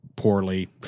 poorly